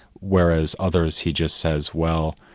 whereas others he just says, well,